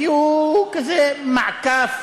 כי הוא כזה מעקף